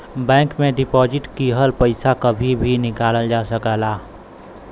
bank में deposit किहल पइसा कभी भी निकालल जा सकला